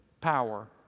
power